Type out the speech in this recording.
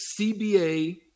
CBA